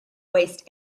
waste